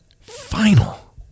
final